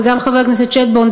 וגם חבר הכנסת שטבון,